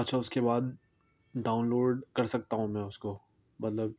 اچھا اس کے بعد ڈاؤن لوڈ کر سکتا ہوں میں اس کو مطلب